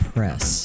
Press